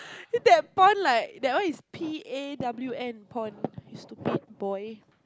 that pawn like that one is P A W N pawn you stupid boy